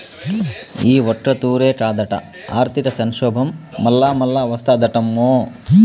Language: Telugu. ఈ ఒక్కతూరే కాదట, ఆర్థిక సంక్షోబం మల్లామల్లా ఓస్తాదటమ్మో